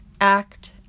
act